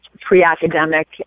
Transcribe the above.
pre-academic